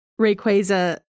Rayquaza